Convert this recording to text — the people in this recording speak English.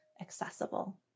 accessible